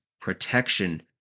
protection